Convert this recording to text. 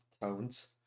tones